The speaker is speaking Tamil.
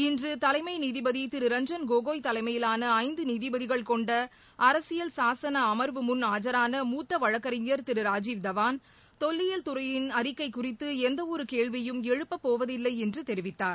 இன்று தலைமை நீதிபதி திரு ரஞ்சன் கோகோய் தலைமையிலான ஐந்து நீதிபதிகள் கொண்ட அரசியல் சாசன அமர்வு முள் ஆஜான மூத்த வழக்கறிஞர் திரு ராஜீவ் தவான் தொல்லியல் துறையின் அறிக்கை குறித்து எந்தவொரு கேள்வியும் எழுப்பப் போவதில்லை என்று தெரிவித்தார்